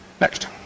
next